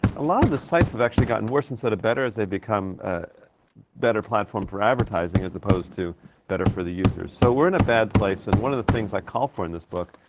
a lot of the sites have actually gotten worse instead of better as they've become a better platform for advertising as opposed to better for the users. so we're in a bad place, and one of the things i call for in this book,